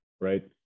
right